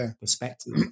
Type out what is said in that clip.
perspective